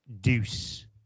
Deuce